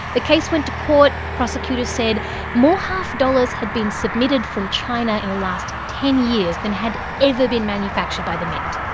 the case went to court. prosecutors said more half dollars had been submitted from china in the last ten years than had ever been manufactured by the mint,